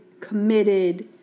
committed